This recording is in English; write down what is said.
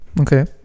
Okay